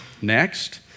Next